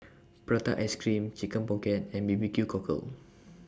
Prata Ice Cream Chicken Pocket and B B Q Cockle